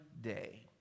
day